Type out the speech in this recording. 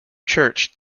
church